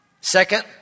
Second